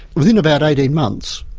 within about eighteen months,